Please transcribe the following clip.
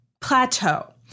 plateau